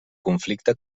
conflicte